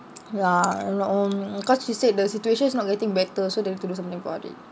ya cause she said the situation is not getting better so they have to do something about it